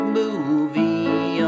movie